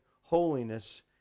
holiness